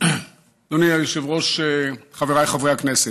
אדוני היושב-ראש, חבריי חברי הכנסת,